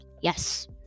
yes